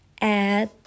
add